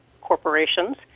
corporations